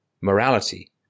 morality